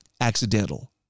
accidental